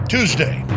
Tuesday